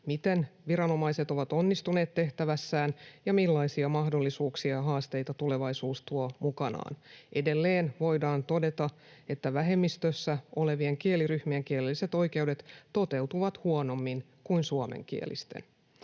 miten viranomaiset ovat onnistuneet tehtävässään ja millaisia mahdollisuuksia ja haasteita tulevaisuus tuo mukanaan. Edelleen voidaan todeta, että vähemmistössä olevien kieliryhmien kielelliset oikeudet toteutuvat huonommin kuin suomenkielisten.